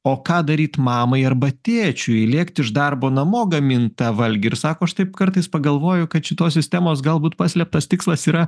o ką daryt mamai arba tėčiui lėkt iš darbo namo gamint tą valgį ir sako aš taip kartais pagalvoju kad šitos sistemos galbūt paslėptas tikslas yra